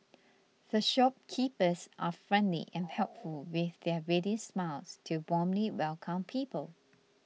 the shopkeepers are friendly and helpful with their ready smiles to warmly welcome people